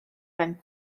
mewn